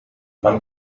man